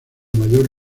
mayor